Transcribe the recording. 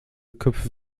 köpfe